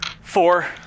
Four